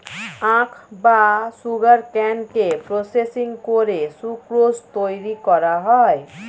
আখ বা সুগারকেনকে প্রসেসিং করে সুক্রোজ তৈরি করা হয়